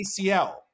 ACL